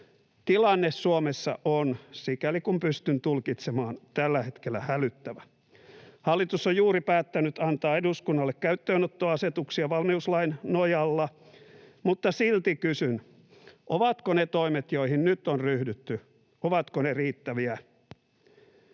Tilanne Suomessa on, sikäli kun pystyn tulkitsemaan, tällä hetkellä hälyttävä. Hallitus on juuri päättänyt antaa eduskunnalle käyttöönottoasetuksia valmiuslain nojalla, mutta silti kysyn, ovatko ne toimet, joihin nyt on ryhdytty, riittäviä.